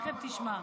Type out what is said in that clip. תכף תשמע.